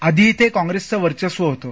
आधी इथे कॉप्रेसचं वर्चस्व होतं